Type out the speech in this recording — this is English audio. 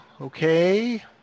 okay